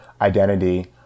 identity